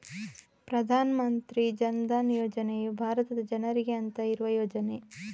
ಪ್ರಧಾನ ಮಂತ್ರಿ ಜನ್ ಧನ್ ಯೋಜನೆಯು ಭಾರತದ ಜನರಿಗೆ ಅಂತ ಇರುವ ಯೋಜನೆ